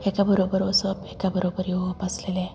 एका बरोबर वचप एका बरोबर येवप आसलेलें